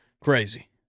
Crazy